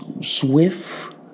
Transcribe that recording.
swift